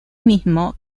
mismo